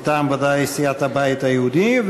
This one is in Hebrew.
מטעם סיעת הבית היהודי.